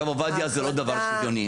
הרב עובדיה זה לא דבר שוויוני,